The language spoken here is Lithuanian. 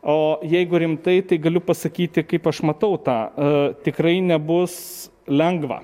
o jeigu rimtai tai galiu pasakyti kaip aš matau tą tikrai nebus lengva